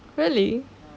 really